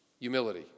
Humility